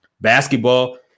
basketball